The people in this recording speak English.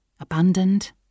Abandoned